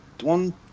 One